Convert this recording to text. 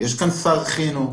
יש שר חינוך